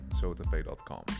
Zotapay.com